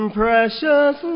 precious